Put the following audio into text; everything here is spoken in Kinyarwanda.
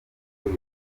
muri